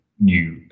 new